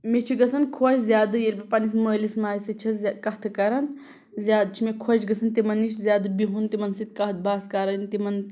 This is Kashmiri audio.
مےٚ چھِ گَژھان خۄش زیادٕ ییٚلہِ بہٕ پنٛںِس مٲلِس ماجہِ سۭتۍ چھس زِ کَتھٕ کَران زیادٕ چھِ مےٚ خۄش گژھان تِمَن نِش زیادٕ بِہُن تِمَن سۭتۍ کَتھ باتھ کَرٕنۍ تِمَن